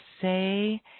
say